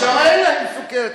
מה האתיופים?